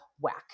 whack